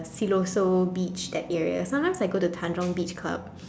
Siloso beach that area sometimes I go to Tanjong beach clubs